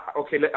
okay